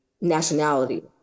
nationality